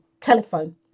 telephone